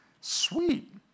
sweet